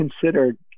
considered